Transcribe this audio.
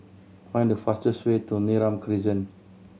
find the fastest way to Neram Crescent